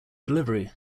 delivery